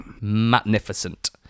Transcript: Magnificent